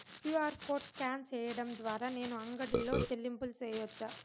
QR code scan సేయడం ద్వారా నేను అంగడి లో చెల్లింపులు సేయొచ్చా?